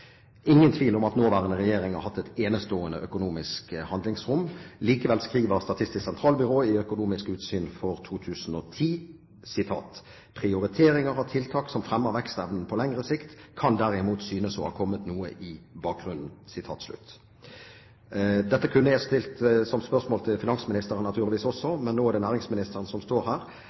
Ingen tvil om at nåværende regjering har hatt et enestående økonomisk handlingsrom. Likevel skriver Statistisk sentralbyrå i Økonomisk utsyn for 2010: «Prioriteringer av tiltak som fremmer vekstevnen på lengre sikt kan derimot synes å ha kommet noe i bakgrunnen.» Dette kunne jeg stilt som spørsmål til finansministeren naturligvis også, men nå er det næringsministeren som står her.